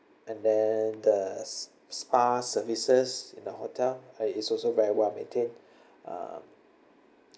and then the spa services in the hotel that is also very well maintained uh